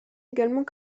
également